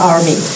Army